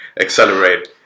accelerate